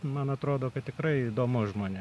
man atrodo kad tikrai įdomu žmonėm